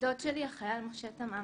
דוד שלי החייל משה תמם